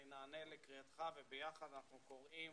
אני נענה לקריאתך וביחד אנחנו קוראים